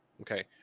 Okay